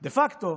דה פקטו,